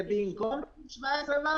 זה במקום הסעיף הזה?